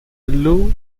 loo